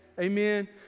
Amen